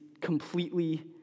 completely